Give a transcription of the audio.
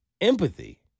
empathy